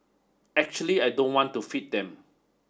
actually I don't want to feed them